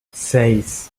seis